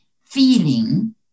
feeling